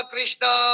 Krishna